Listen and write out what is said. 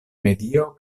medio